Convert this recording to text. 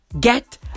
Get